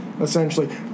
essentially